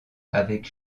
avec